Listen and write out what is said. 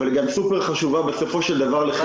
אבל היא סופר חשובה בחירום.